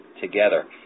together